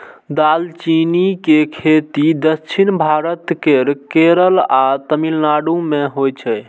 दालचीनी के खेती दक्षिण भारत केर केरल आ तमिलनाडु मे होइ छै